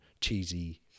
cheesy